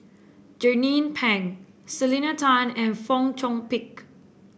Jernnine Pang Selena Tan and Fong Chong Pik